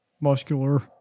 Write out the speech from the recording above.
Muscular